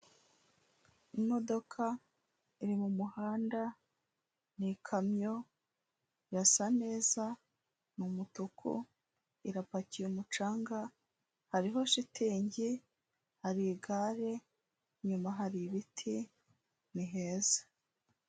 Imodoka iri mu muhanda ni ikamyo, irasa neza n'umutuku irapakiye umucanga, hariho shitingi, hari igare inyuma hari ibiti, niheza.